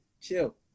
Chill